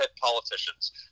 politicians